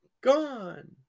gone